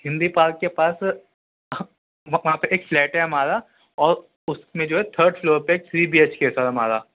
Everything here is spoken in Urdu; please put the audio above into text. ہندی پارک کے پاس وہاں پہ ایک فلیٹ ہے ہمارا اور اس میں جو ہے تھرڈ فلور پہ ایک تھری بی ایچ کے ہے سر ہمارا